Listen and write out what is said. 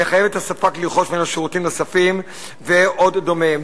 לחייב את הספק לרכוש ממנו שירותים ועוד דומיהם.